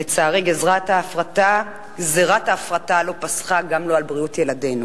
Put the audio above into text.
לצערי, גזירת ההפרטה לא פסחה גם על בריאות ילדינו.